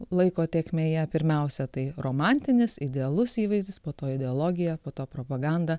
laiko tėkmėje pirmiausia tai romantinis idealus įvaizdis po to ideologija po to propaganda